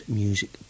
music